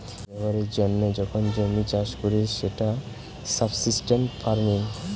নিজের ব্যবহারের জন্য যখন জমি চাষ করে সেটা সাবসিস্টেন্স ফার্মিং